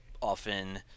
often